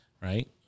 right